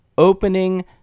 Opening